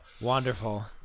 Wonderful